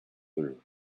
through